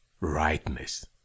rightness